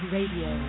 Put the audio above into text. Radio